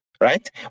right